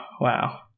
Wow